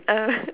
uh